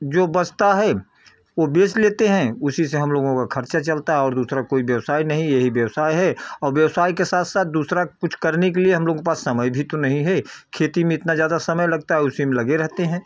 जो बचता है वह बेच लेते हैं उसी से हम लोगों का ख़र्चा चलता है और दूसरी कोई व्यवसाय नहीं यही व्यवसाय है और व्यवसाय के साथ साथ दूसरा कुछ करने के लिए हम लोगों के पास समय भी तो नहीं है खेती में इतना ज़्यादा समय लगता है उसी में लगे रहते हैं